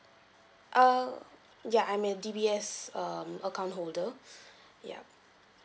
err ya I'm a D_B_S um account holder yup